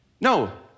No